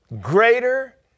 Greater